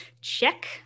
Check